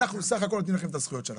אנחנו סך הכל נותנים לכם את הזכויות שלכם.